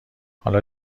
حالا